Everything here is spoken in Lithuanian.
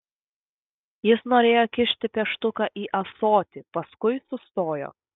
jis norėjo kišti pieštuką į ąsotį paskui sustojo